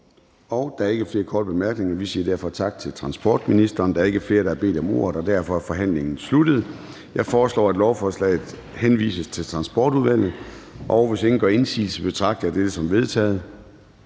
Der er ikke flere korte bemærkninger. Vi siger derfor tak til transportministeren. Der er ikke flere, der har bedt om ordet, og derfor er forhandlingen sluttet. Jeg foreslår, at lovforslaget henvises til Transportudvalget. Hvis ingen gør indsigelse, betragter jeg dette som vedtaget.